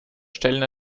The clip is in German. stellten